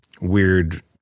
weird